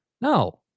No